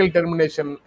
Termination